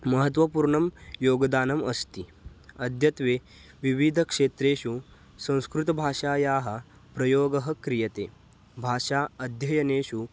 महत्त्वपूणं योगदानम् अस्ति अद्यत्वे विविधक्षेत्रेषु संस्कृतभाषायाः प्रयोगः क्रियते भाषा अध्ययनेषु